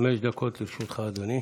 חמש דקות לרשותך, אדוני.